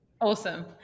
Awesome